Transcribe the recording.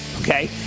Okay